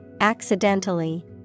accidentally